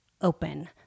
open